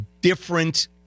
different